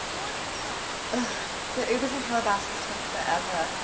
sort of sort of the ubers in calabasas take forever.